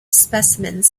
specimens